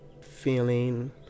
feeling